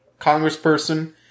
congressperson